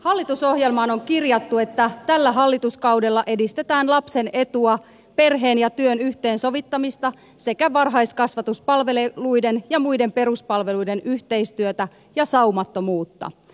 hallitusohjelmaan on kirjattu että tällä hallituskaudella edistetään lapsen etua perheen ja työn yhteensovittamista sekä varhaiskasvatuspalvelujen ja muiden peruspalvelujen yhteistyötä ja saumattomuutta